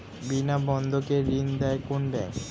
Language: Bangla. বিনা বন্ধকে ঋণ দেয় কোন ব্যাংক?